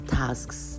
tasks